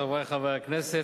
חברי חברי הכנסת,